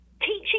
teaching